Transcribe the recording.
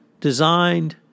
designed